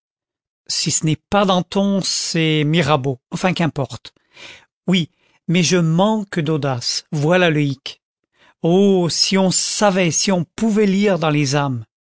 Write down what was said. si ce n'est pas danton c'est mirabeau enfin qu'importe oui mais je manque d'audace voilà le hic oh si on savait si on pouvait lire dans les âmes